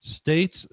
states